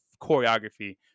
choreography